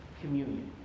Communion